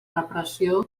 repressió